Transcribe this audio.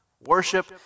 worship